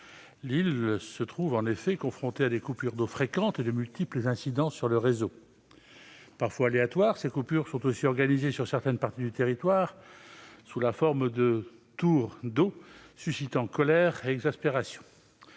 L'île se trouve en effet confrontée à des coupures d'eau fréquentes et à de multiples incidents sur le réseau. Parfois aléatoires, ces coupures sont aussi organisées sur certaines parties du territoire sous la forme de « tours d'eau » suscitant colère et exaspération.